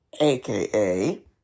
aka